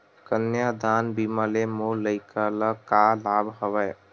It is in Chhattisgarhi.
कन्यादान बीमा ले मोर लइका ल का लाभ हवय?